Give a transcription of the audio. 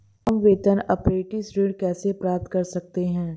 हम वेतन अपरेंटिस ऋण कैसे प्राप्त कर सकते हैं?